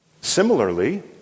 Similarly